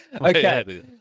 Okay